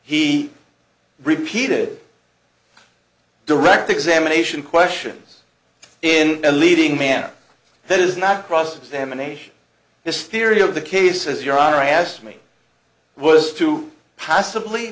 he repeated direct examination questions in a leading man that is not cross examination his theory of the case is your honor i asked me worse to possibly